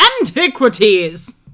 Antiquities